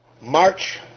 March